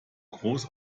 groß